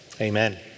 amen